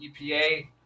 EPA